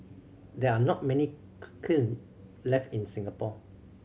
there are not many kiln left in Singapore